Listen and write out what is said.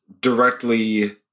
directly